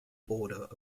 border